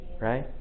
right